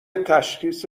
تشخیص